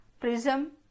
prism